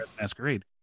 Masquerade